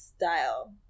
style